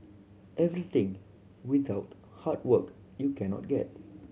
everything without hard work you cannot get